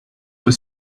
were